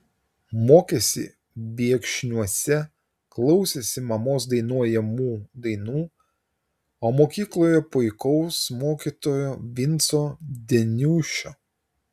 mokėsi viekšniuose klausėsi mamos dainuojamų dainų o mokykloje puikaus mokytojo vinco deniušio